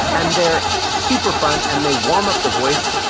and they're super fun and they warm up the voice.